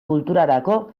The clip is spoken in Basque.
kulturarako